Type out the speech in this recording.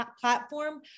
platform